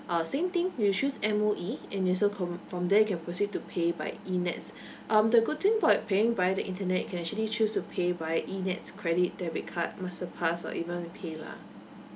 uh same thing you choose M_O_E and you so com~ from there you can proceed to pay by eNETS um the good thing about paying via the internet you can actually choose to pay via eNETS credit debit card masterpass or even with paylah